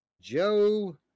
Joe